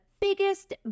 biggest